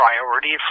priority